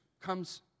comes